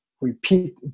repeat